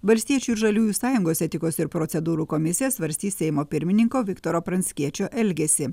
valstiečių ir žaliųjų sąjungos etikos ir procedūrų komisija svarstys seimo pirmininko viktoro pranckiečio elgesį